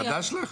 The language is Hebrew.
חדש לך?